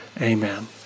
Amen